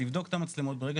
לבדוק את המצלמות ברגע